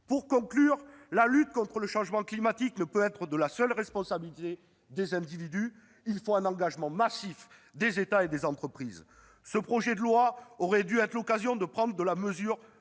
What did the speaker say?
Pour conclure, la lutte contre le changement climatique ne peut être de la seule responsabilité des individus. Il faut un engagement massif des États et des entreprises. Ce projet de loi aurait dû être l'occasion de prendre la mesure